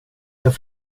jag